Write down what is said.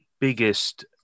biggest